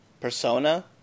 persona